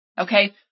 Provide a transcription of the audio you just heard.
Okay